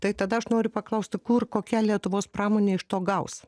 tai tada aš noriu paklausti kur kokia lietuvos pramonė iš to gaus